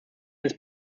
his